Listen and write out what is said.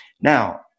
now